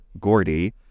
Gordy